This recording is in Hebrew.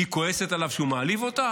כי היא כועסת עליו שהוא מעליב אותה?